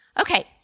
Okay